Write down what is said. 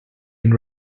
been